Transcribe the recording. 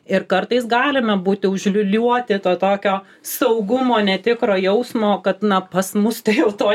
ir kartais galime būti užliūliuoti to tokio saugumo netikro jausmo kad na pas mus tai jau to